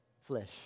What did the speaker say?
flesh